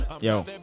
yo